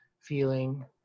feeling